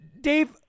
Dave